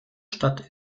stadt